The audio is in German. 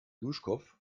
duschkopf